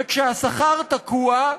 וכשהשכר תקוע,